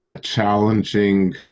challenging